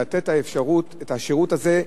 היא לתת את השירות הזה,